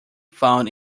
found